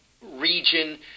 region